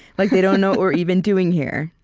like they don't know what we're even doing here,